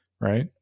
Right